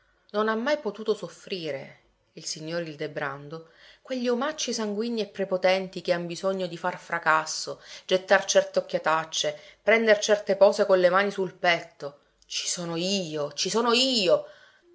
non ha mai potuto soffrire il signor ildebrando quegli omacci sanguigni e prepotenti che han bisogno di far fracasso gettar certe occhiatacce prender certe pose con le mani sul petto ci sono io ci sono io